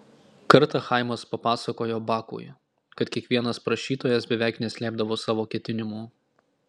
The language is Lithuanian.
kartą chaimas papasakojo bakui kad kiekvienas prašytojas beveik neslėpdavo savo ketinimų